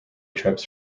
trips